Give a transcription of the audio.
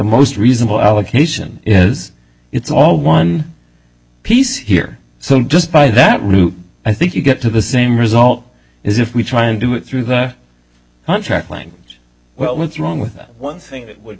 most reasonable allocation is it's all one piece here so just by that route i think you get to the same result is if we try and do it through the on track language well what's wrong with that one thing it would